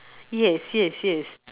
yes yes yes